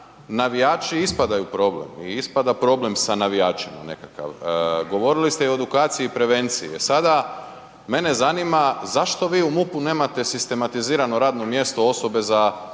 navijači ispadaju problem i ispada problem sa navijačima nekakav. Govorili ste i o edukaciji i prevenciji. Sada mene zanima zašto vi u MUP-u nemate sistematizirano radno mjesto osobe za